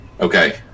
okay